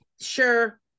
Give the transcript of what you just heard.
sure